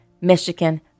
Michigan